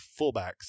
fullbacks